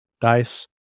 Dice